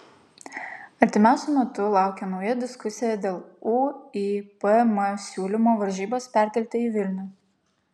artimiausiu metu laukia nauja diskusija dėl uipm siūlymo varžybas perkelti į vilnių